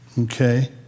Okay